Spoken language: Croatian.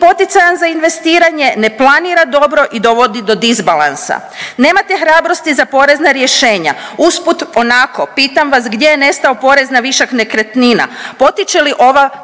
poticajan za investiranje, ne planira dobro i dovodi do disbalansa. Nemate hrabrosti za porezna rješenja. Usput onako pitam vas gdje je nestao porez na višak nekretnina? Potiče li ova